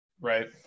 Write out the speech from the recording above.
Right